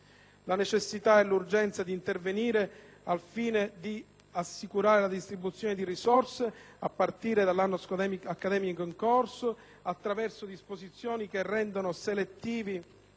la necessità e l'urgenza di intervenire al fine di assicurare la distribuzione di risorse, a partire dall'anno accademico in corso, attraverso disposizioni che rendono selettivi